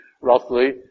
roughly